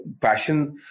passion